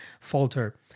falter